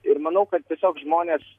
ir manau kad tiesiog žmonės